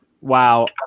Wow